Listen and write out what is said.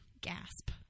gasp